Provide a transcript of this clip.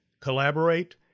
collaborate